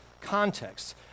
context